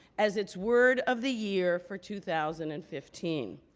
as its word of the year for two thousand and fifteen.